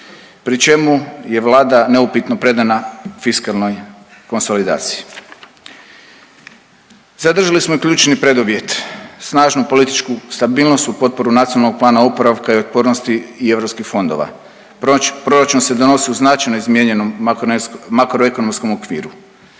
pri čemu je Vlada neupitno predana fiskalnoj konsolidaciji. Zadržali smo i ključni preduvjet snažnu političku stabilnost u potporu NPOO-a i eu fondova. Proračun se donosi u značajno izmijenjenom makroekonomskom okviru.